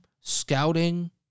scouting